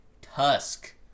Tusk